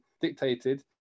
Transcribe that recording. dictated